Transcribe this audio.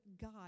God